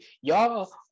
Y'all